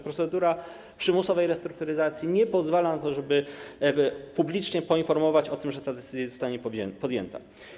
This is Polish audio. Procedura przymusowej restrukturyzacji nie pozwala na to, żeby publicznie poinformować o tym, że taka decyzja zostanie podjęta.